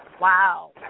wow